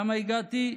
לכמה הגעתי?